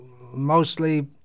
mostly